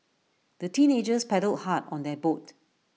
the teenagers paddled hard on their boat